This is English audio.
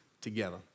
together